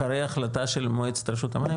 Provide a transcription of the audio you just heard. אחרי החלטה של מועצת רשות המים?